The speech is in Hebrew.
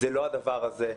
זה לא הדבר הזה.